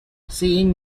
seeing